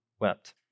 wept